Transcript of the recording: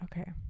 okay